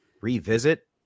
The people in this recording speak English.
revisit